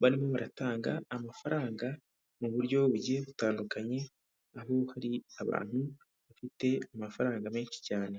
barimo baratanga amafaranga mu buryo bugiye butandukanye aho hari abantu bafite amafaranga menshi cyane.